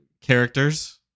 characters